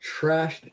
Trashed